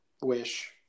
wish